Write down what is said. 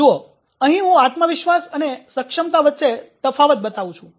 જુઓ અહીં હું આત્મવિશ્વાસ અને સક્ષમતા વચ્ચે તફાવત બતાવું છુ